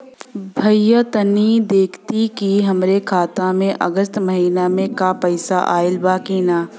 भईया तनि देखती की हमरे खाता मे अगस्त महीना में क पैसा आईल बा की ना?